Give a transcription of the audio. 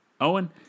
Owen